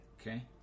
Okay